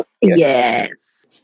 Yes